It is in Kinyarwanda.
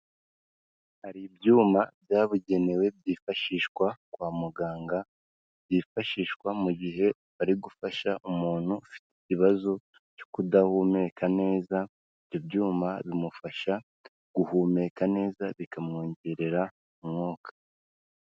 Hari ibyuma byabugenewe byifashishwa kwa muganga, byifashishwa mu gihe bari gufasha umuntu ufite ikibazo cyo kudahumeka neza, ibyo byuma bimufasha guhumeka neza bikamwongerera umwuka.